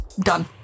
Done